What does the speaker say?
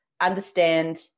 understand